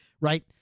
right